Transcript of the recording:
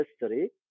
history